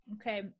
Okay